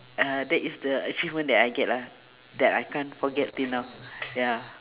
uh that is the achievement that I get lah that I can't forget till now ya